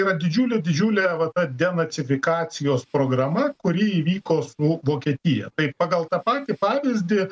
yra didžiulė didžiulė va ta denacifikacijos programa kuri įvyko su vokietija tai pagal tą patį pavyzdį